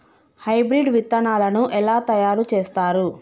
Hybrid విత్తనాలను ఎలా తయారు చేస్తారు?